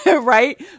right